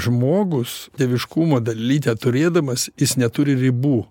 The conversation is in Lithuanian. žmogus dieviškumo dalelytę turėdamas jis neturi ribų